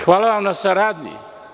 Hvala vam na saradnji.